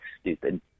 stupid